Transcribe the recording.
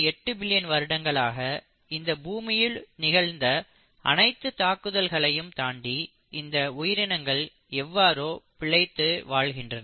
8 billion வருடங்களாக இந்த பூமியில் நிகழ்ந்த அனைத்து தாக்குதல்களையும் தாண்டி இந்த உயிரினங்கள் எவ்வாறோ பிழைத்து வாழ்கின்றன